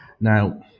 Now